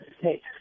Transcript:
Hey